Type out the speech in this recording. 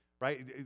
right